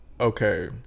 okay